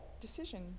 decision